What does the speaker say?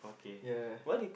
ya